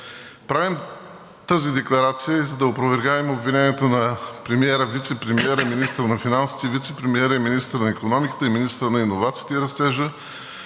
Правим тази декларация и за да оправдаем обвиненията на премиера, вицепремиера и министъра на финансите, вицепремиера и министър на икономиката и министъра на иновациите и растежа,